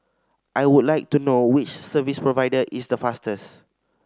I would like to know which service provider is the fastest